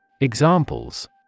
Examples